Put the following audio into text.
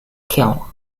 kill